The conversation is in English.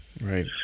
Right